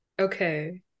Okay